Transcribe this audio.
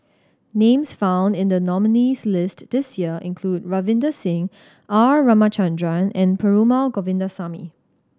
names found in the nominees' list this year include Ravinder Singh R Ramachandran and Perumal Govindaswamy